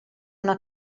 una